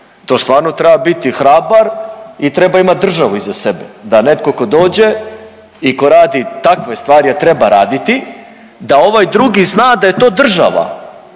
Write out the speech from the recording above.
To stvarno treba biti hrabar i treba imati državu iza sebe da netko tko dođe i ko radi takve stvari, a treba raditi, da ovaj drugi zna da je to država.